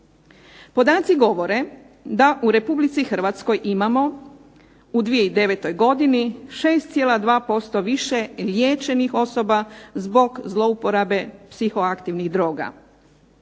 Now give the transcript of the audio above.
Podaci govore da u Republici Hrvatskoj imamo u 2009. godini 6,2% više liječenih osoba zbog zlouporabe psihoaktivnih droga,